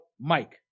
Mike